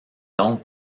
donc